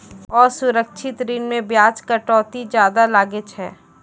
असुरक्षित ऋण मे बियाज कटौती जादा लागै छै